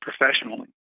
professionally